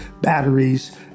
batteries